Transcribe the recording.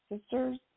sisters